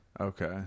Okay